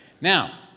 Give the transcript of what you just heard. Now